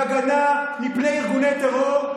בהגנה מפני ארגוני טרור,